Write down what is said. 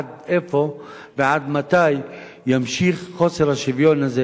עד איפה ועד מתי יימשך חוסר השוויון הזה